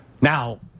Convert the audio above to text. Now